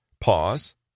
pause